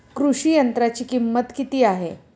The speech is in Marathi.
कृषी यंत्राची किंमत किती आहे?